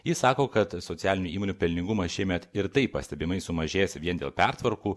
jis sako kad socialinių įmonių pelningumas šiemet ir taip pastebimai sumažės vien dėl pertvarkų